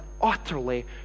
utterly